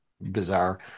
bizarre